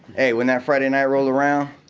hey, when that friday night rolled around,